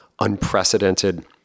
unprecedented